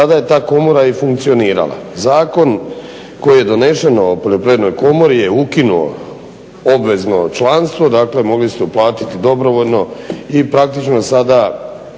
tada je ta komora i funkcionirala. Zakon koji je donesen o poljoprivrednoj komori je ukinuo obvezno članstvo, dakle mogli ste uplatiti dobrovoljno i praktično sada